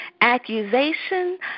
accusation